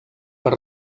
per